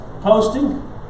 posting